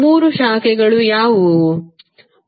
ಮೂರು ಶಾಖೆಗಳು ಯಾವುವು